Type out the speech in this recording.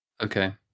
Okay